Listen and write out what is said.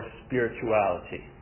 spirituality